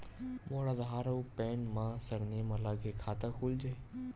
मोर आधार आऊ पैन मा सरनेम अलग हे खाता खुल जहीं?